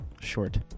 Short